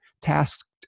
tasked